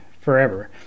forever